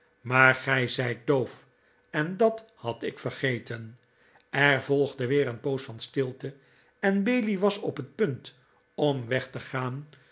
maar gij zijt doof dat had ik vergeten er volgde weer een poos van stilte en bailey was op het punt om weg te gaan